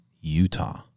Utah